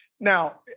Now